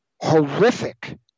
horrific